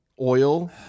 oil